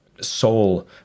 soul